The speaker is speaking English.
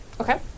Okay